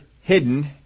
hidden